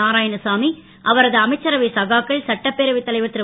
நாராயணசாமி அவரது அமைச்சவை சகாக்கள் சட்டப்பேரவைத தலைவர் ரு